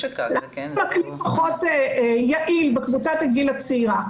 -- -פחות יעיל בקבוצת הגיל הצעירה,